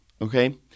Okay